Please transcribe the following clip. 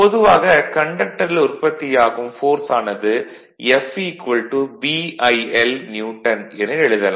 பொதுவாக கண்டக்ரில் உற்பத்தியாகும் ஃபோர்ஸ் என்பது F BIl நியூட்டன் என எழுதலாம்